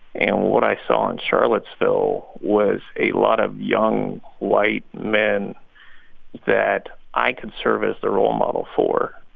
and what i saw in charlottesville was a lot of young white men that i could serve as the role model for.